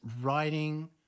writing